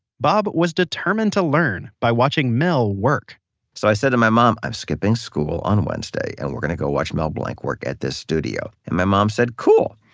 bob was determined to learn by watching mel work so i said to and my mom, i'm skipping school on wednesday and we're going to go watch mel blanc work at this studio. and my mom said, cool.